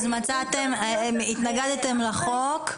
אז התנגדתם לחוק,